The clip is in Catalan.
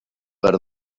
per